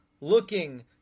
looking